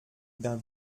d’un